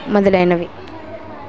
మొదలైనవి